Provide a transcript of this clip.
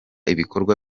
ibikorwa